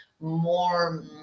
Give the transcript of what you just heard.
more